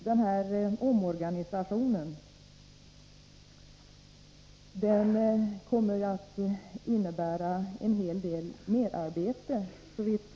Den här omorganisationen kommer, såvitt jag kan förstå, att innebära en hel del merarbete.